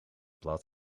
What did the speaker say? blad